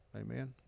Amen